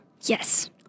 yes